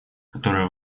которая